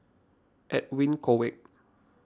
Edwin Koek